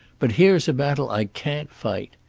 but here's a battle i can't fight.